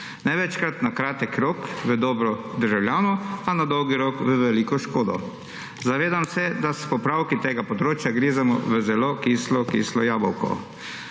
največkrat na kratek rok v dobro državljanov, a na dolgi rok v veliko škodo. Zavedam se, da s popravki tega področja grizemo v zelo kislo jabolko,